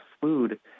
food